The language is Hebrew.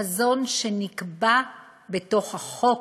חזון שנקבע בחוק,